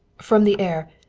from the air.